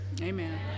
amen